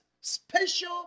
special